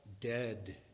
dead